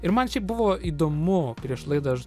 ir man šiaip buvo įdomu prieš laidą aš